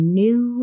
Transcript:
new